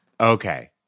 Okay